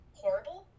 horrible